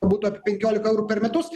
būtų apie penkiolika eurų per metus